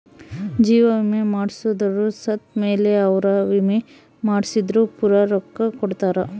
ಜೀವ ವಿಮೆ ಮಾಡ್ಸದೊರು ಸತ್ ಮೇಲೆ ಅವ್ರ ವಿಮೆ ಮಾಡ್ಸಿದ್ದು ಪೂರ ರೊಕ್ಕ ಕೊಡ್ತಾರ